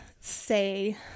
say